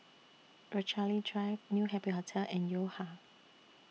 Rochalie Drive New Happy Hotel and Yo Ha